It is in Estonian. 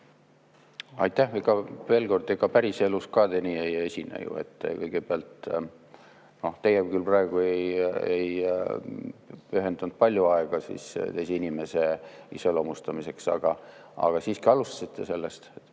Aitäh! Veel kord, ega päriselus ka te nii ei esine ju. Kõigepealt … Noh, teie küll praegu ei pühendanud palju aega teise inimese iseloomustamiseks, aga siiski alustasite sellest.